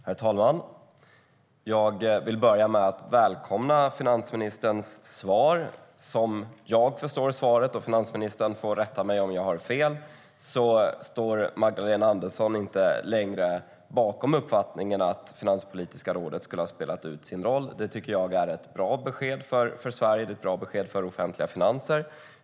Herr talman! Jag vill börja med att välkomna finansministerns svar. Som jag förstår svaret - finansministern får rätta mig om jag har fel - står Magdalena Andersson inte längre bakom uppfattningen att Finanspolitiska rådet skulle ha spelat ut sin roll. Det tycker jag är ett bra besked för Sverige. Det är ett bra besked för offentliga finanser.